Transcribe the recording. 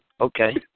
Okay